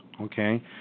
okay